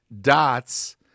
dots